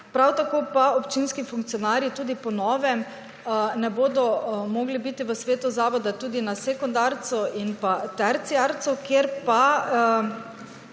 Prav tako pa občinski funkcionarji tudi po novem ne bodo mogli biti v svetu zavoda tudi na sekundarcu in pa terciarcu, kjer pa